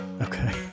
okay